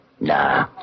Nah